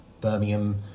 Birmingham